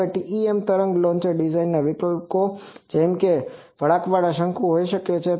હવે TEM તરંગ launcher design વિકલ્પો જેમકે વળાંકવાળા શંકુ હોઈ શકે છે